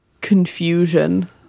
confusion